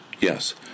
Yes